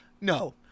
No